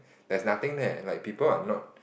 there's nothing there like people are not